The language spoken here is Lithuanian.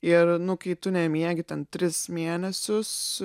ir nu kai tu nemiegi ten tris mėnesius